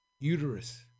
Uterus